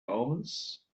omens